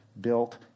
built